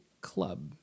club